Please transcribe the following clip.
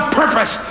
purpose